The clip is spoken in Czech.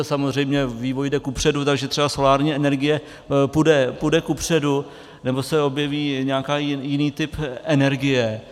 Samozřejmě vývoj jde kupředu, takže třeba solární energie půjde kupředu, nebo se objeví nějaký jiný typ energie.